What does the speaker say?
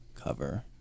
cover